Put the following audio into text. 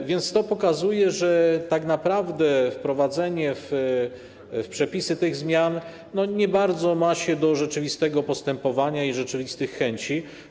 A więc to pokazuje, że tak naprawdę wprowadzenie przepisów dotyczących tych zmian nie bardzo ma się do rzeczywistego postępowania i rzeczywistych chęci.